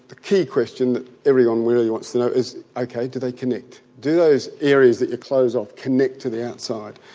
the key question that everyone really wants to know is, ok do they connect, do those areas that you close off connect to the outside?